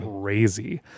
crazy